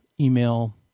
email